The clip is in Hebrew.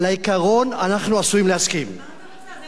על העיקרון אנחנו עשויים להסכים, אז מה אתה רוצה?